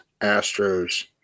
Astros